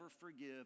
forgive